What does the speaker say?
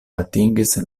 atingis